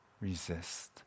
resist